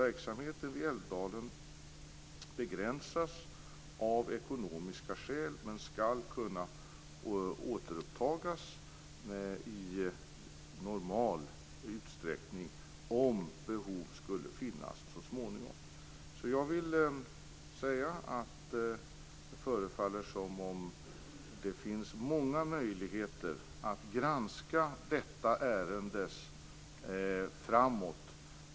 Verksamheten vid Älvdalen begränsas av ekonomiska skäl, men den skall kunna återupptas i normal utsträckning om behov skulle finnas så småningom. Det förefaller som om det finns många möjligheter att granska detta ärendes gång framåt.